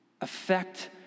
affect